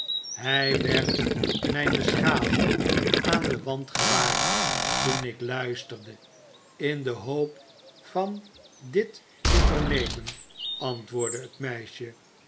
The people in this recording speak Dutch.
hij werd mijne schaduw aan den wand gewaar toen ik luisterde in de hoop van dit te vernemen antwoordde het meisje